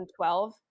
2012